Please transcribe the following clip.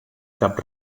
cap